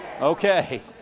Okay